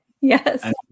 Yes